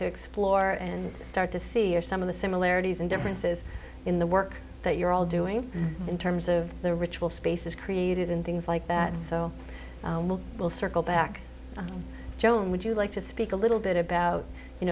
to explore and start to see are some of the similarities and differences in the work that you're all doing in terms of the ritual spaces created in things like that so i will circle back on joan would you like to speak a little bit about you